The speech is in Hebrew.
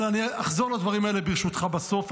אבל אני אחזור על הדברים האלה, ברשותך, בסוף.